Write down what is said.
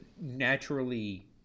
naturally